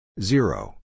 Zero